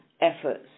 efforts